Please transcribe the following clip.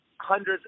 hundreds